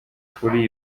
kuri